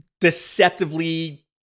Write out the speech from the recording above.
deceptively